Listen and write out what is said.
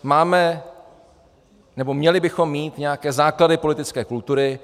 Máme, nebo měli bychom mít nějaké základy politické kultury.